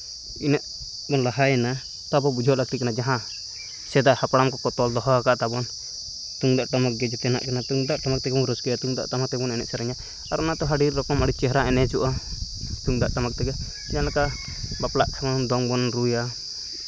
ᱤᱱᱟᱹᱜ ᱵᱚᱱ ᱞᱟᱦᱟᱭᱮᱱᱟ ᱛᱟ ᱟᱵᱚᱣᱟᱜ ᱵᱩᱡᱷᱟᱹᱣ ᱞᱟᱹᱠᱛᱤ ᱠᱟᱱᱟ ᱡᱟᱦᱟᱸ ᱥᱮᱫᱟᱭ ᱦᱟᱯᱲᱟᱢ ᱠᱚᱠᱚ ᱛᱚᱞ ᱫᱚᱦᱚ ᱠᱟᱫ ᱛᱟᱵᱚᱱ ᱛᱩᱢᱫᱟᱹᱜ ᱴᱟᱢᱟᱠ ᱜᱮ ᱡᱮᱛᱮᱭᱟᱜ ᱠᱟᱱᱟ ᱛᱩᱢᱫᱟᱜ ᱴᱟᱢᱟᱠ ᱛᱮᱜᱮ ᱵᱚᱱ ᱨᱟᱹᱥᱠᱟᱹᱭᱟ ᱛᱩᱢᱫᱟᱹᱜ ᱴᱟᱢᱟᱠ ᱛᱮᱵᱚᱱ ᱮᱱᱮᱡ ᱥᱮᱨᱮᱧᱟ ᱟᱨ ᱚᱱᱟᱛᱮ ᱟᱹᱰᱤ ᱨᱚᱠᱚᱢ ᱟᱹᱰᱤ ᱪᱮᱦᱨᱟ ᱮᱱᱮᱡᱚᱜᱼᱟ ᱛᱩᱢᱫᱟᱹᱜ ᱴᱟᱢᱟᱠ ᱛᱮᱜᱮ ᱡᱟᱦᱟᱸ ᱞᱮᱠᱟ ᱵᱟᱯᱞᱟ ᱥᱚᱢᱚᱭ ᱦᱚᱸ ᱫᱚᱝ ᱵᱚᱱ ᱨᱩᱭᱟ